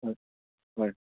হয়